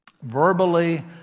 Verbally